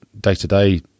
day-to-day